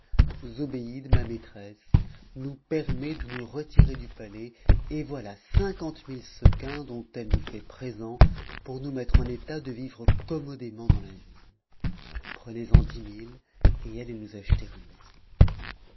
zobéide ma maîtresse nous permet de nous retirer du palais et voilà cinquante mille sequins dont elle nous fait présent pour nous mettre en état de vivre commodément dans la ville prenez-en dix mille et allez nous acheter une maison